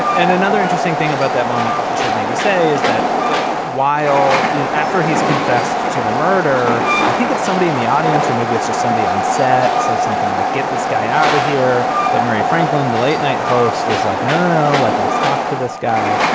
and another interesting thing about that moment that we should maybe say is that while you know after he's confessed to the murder i think it's somebody in the audience or maybe it's just somebody on set says something like get this guy out of here. but murray franklin the late night host is like no. like let's talk to this guy.